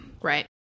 Right